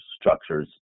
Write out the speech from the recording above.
structures